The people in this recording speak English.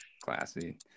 Classy